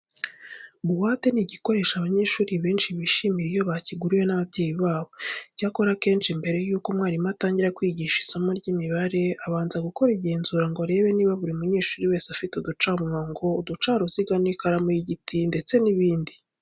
Buwate ni igikoresho abanyeshuri benshi bishimira iyo bakiguriwe n'ababyeyi babo. Icyakora akenshi mbere yuko umwarimu atangira kwigisha isomo ry'imibare abanza gukora igenzura ngo arebe niba buri munyeshuri wese afite uducamurongo, uducaruziga, ikaramu y'igiti ndetse n'ibindi.